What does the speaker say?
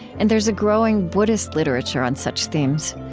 and there is a growing buddhist literature on such themes.